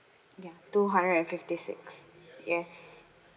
ya two hundred and fifty six yes